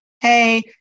Hey